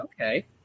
Okay